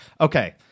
Okay